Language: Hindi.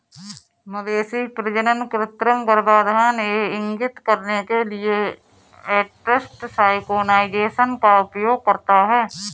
मवेशी प्रजनन कृत्रिम गर्भाधान यह इंगित करने के लिए एस्ट्रस सिंक्रोनाइज़ेशन का उपयोग करता है